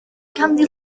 ganddi